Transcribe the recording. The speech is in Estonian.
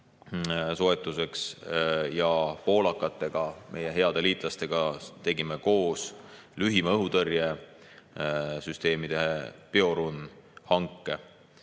soetuseks. Ja poolakatega, meie heade liitlastega tegime koos lühimaa õhutõrjesüsteemide Piorun hanke.